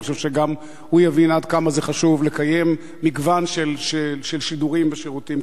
אני חושב שגם הוא יבין עד כמה זה חשוב לקיים מגוון של שידורים ושירותים.